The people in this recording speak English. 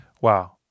wow